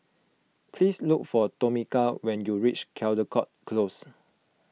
please look for Tomeka when you reach Caldecott Close